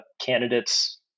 candidates